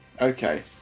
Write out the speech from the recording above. Okay